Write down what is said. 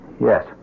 Yes